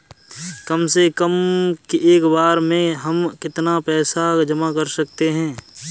कम से कम एक बार में हम कितना पैसा जमा कर सकते हैं?